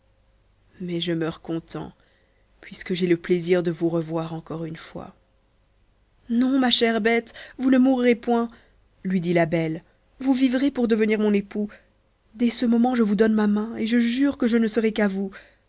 mais je meurs content puisque j'ai le plaisir de vous revoir encore une fois non ma chère bête vous ne mourrez point lui dit la belle vous vivrez pour devenir mon époux dès ce moment je vous donne ma main et je jure que je ne serai qu'à vous